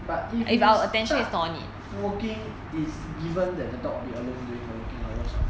but if we start working it's given that the dog will be alone during the working hour [what]